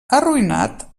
arruïnat